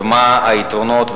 ומה היתרונות,